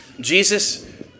Jesus